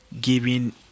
giving